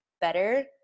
better